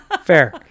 Fair